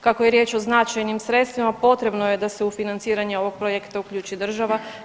Kako je riječ o značajnim sredstvima potrebno je da se u financiranje ovog projekta uključi država.